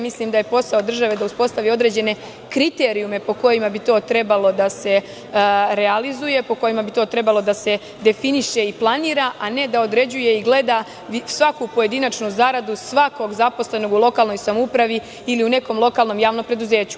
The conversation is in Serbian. Mislim da je posao države da uspostavi određene kriterijume po kojima bi to trebalo da se realizuje, po kojima bi to trebalo da se definiše i planira, a ne da određuje i gleda svaku pojedinačnu zaradu svakog zaposlenog u lokalnoj samoupravi ili nekom lokalnom javnom preduzeću.